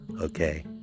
okay